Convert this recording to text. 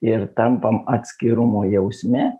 ir tampam atskirumo jausme